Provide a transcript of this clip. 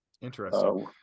Interesting